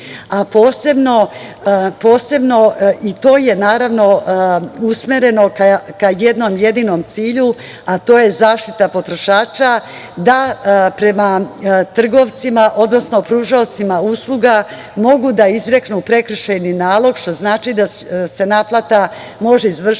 a posebno, i to je naravno usmereno ka jednom jedinom cilju, a to je zaštita potrošača da prema trgovcima, odnosno pružaocima usluga mogu da izreknu prekršajni nalog što znači da se naplata može izvršiti